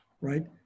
right